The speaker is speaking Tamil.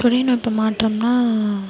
தொழில்நுட்பம் மாற்றம்னா